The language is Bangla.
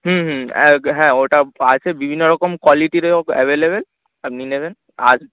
হুম হুম হ্যাঁ ওটা আছে বিভিন্ন রকম কোয়ালিটিরও অ্যাভেলেবেল আপনি নেবেন আর